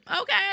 Okay